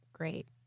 Great